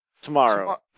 Tomorrow